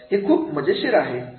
हे खूप खूप मजेशीर आहे